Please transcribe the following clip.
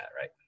right